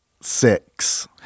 Six